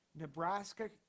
Nebraska